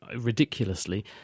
ridiculously